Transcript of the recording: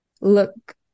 look